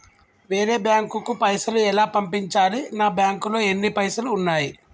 వేరే బ్యాంకుకు పైసలు ఎలా పంపించాలి? నా బ్యాంకులో ఎన్ని పైసలు ఉన్నాయి?